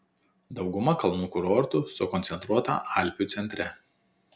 dauguma kalnų kurortų sukoncentruota alpių centre